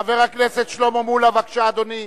חבר הכנסת שלמה מולה, בבקשה, אדוני.